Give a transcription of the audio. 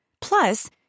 Plus